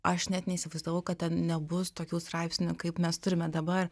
aš net neįsivaizdavau kad nebus tokių straipsnių kaip mes turime dabar